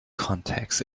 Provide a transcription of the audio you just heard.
contexts